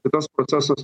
tai tas procesas